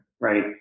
right